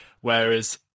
whereas